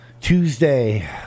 Tuesday